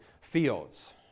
fields